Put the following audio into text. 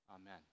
Amen